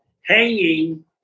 hanging